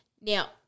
Now